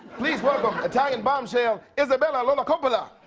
please welcome italian bombshell isabella la coppola!